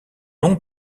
nom